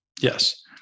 Yes